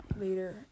Later